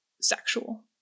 sexual